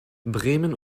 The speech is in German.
bremen